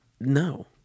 No